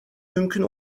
mümkün